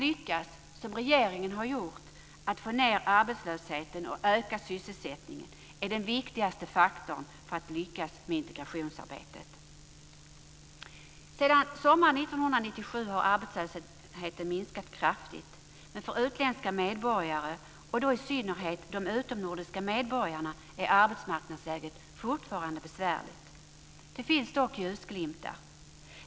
Att som regeringen ha lyckats med att få ned arbetslösheten och att öka sysselsättningen är den viktigaste faktorn för att lyckas med integrationsarbetet. Sedan sommaren 1997 har arbetslösheten minskat kraftigt. Men för utländska medborgare, och i synnerhet de utomnordiska medborgarna, är arbetsmarknadsläget fortfarande besvärligt. Det finns dock ljusglimtar.